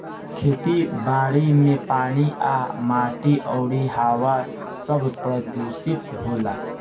खेती बारी मे पानी आ माटी अउरी हवा सब प्रदूशीत होता